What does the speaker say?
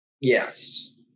Yes